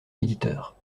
éditeur